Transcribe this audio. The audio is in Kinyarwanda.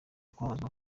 kubabazwa